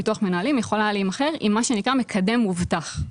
ביטוח מנהלים יכול היה להימכר עם מה שנקרא מקדם מובטח.